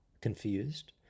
confused